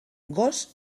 gos